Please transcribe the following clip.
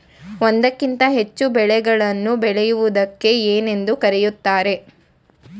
ಒಂದಕ್ಕಿಂತ ಹೆಚ್ಚು ಬೆಳೆಗಳನ್ನು ಬೆಳೆಯುವುದಕ್ಕೆ ಏನೆಂದು ಕರೆಯುತ್ತಾರೆ?